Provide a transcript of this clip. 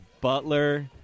Butler